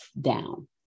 down